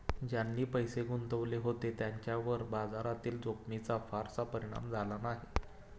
ज्यांनी पैसे गुंतवले होते त्यांच्यावर बाजारातील जोखमीचा फारसा परिणाम झाला नाही